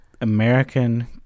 American